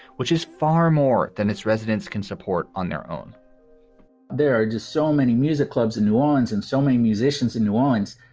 which is far more than its residents can support on their own there are just so many music clubs in new orleans and so many musicians in new orleans.